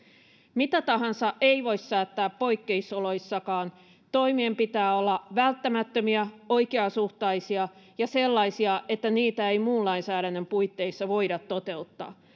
mitä tahansa ei voi säätää poikkeusoloissakaan toimien pitää olla välttämättömiä oikeasuhtaisia ja sellaisia että niitä ei muun lainsäädännön puitteissa voida toteuttaa